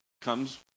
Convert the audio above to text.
Comes